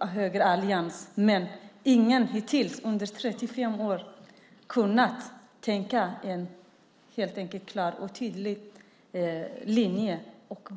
högerallians, men ingen har hittills under 35 år kunnat ha en klar och tydlig linje.